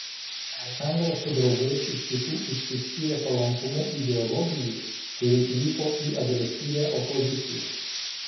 aleksandras su draugais iš kitų išsiskyrė palankumu ideologijai kuri krypo į agresyvią opoziciją